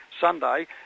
Sunday